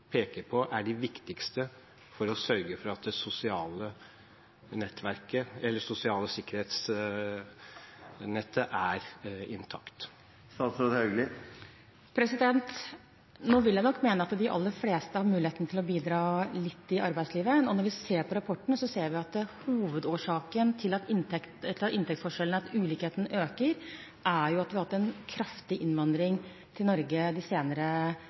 på er de viktigste for å sørge for at det sosiale sikkerhetsnettet er intakt? Nå vil jeg nok mene at de aller fleste har muligheten til å bidra litt i arbeidslivet. Når vi ser på rapportene, ser vi at hovedårsaken til at inntektsforskjellene og ulikhetene øker, er at vi har hatt en kraftig innvandring til Norge de senere